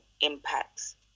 impacts